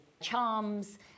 charms